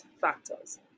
factors